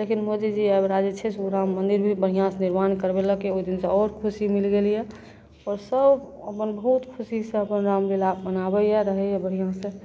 लेकिन मोदीजी आब ओकरा जे छै से राममन्दिर भी बढ़िआँसँ निर्माण करबेलकै ओहिदिन तऽ आओर खुशी मिल गेल यए आओरसभ अपन बहुत खुशीसँ अपन रामलीला मनाबैए रहैए बढ़ियाँसँ